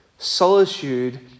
Solitude